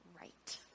right